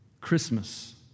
christmas